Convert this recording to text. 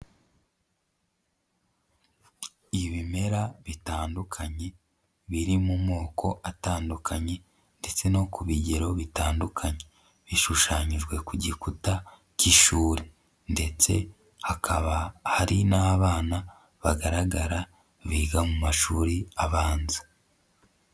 Ibimera bitandukanye biri mu moko atandukanye ndetse no ku bigero bitandukanye, bishushanyijwe ku gikuta k'ishuri ndetse hakaba hari n'abana bagaragara biga mu mashuri abanza.